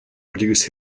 reduce